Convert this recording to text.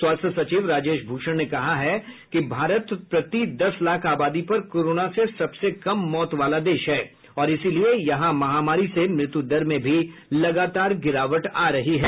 स्वास्थ्य सचिव राजेश भूषण ने कहा है कि भारत प्रति दस लाख आबादी पर कोरोना से सबसे कम मौत वाला देश है और इसीलिए यहां महामारी से मृत्यु दर में भी लगातार गिरावट आ रही है